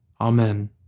Amen